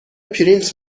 پرینت